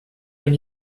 when